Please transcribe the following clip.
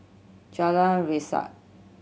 Jalan Resak